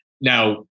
Now